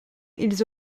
ils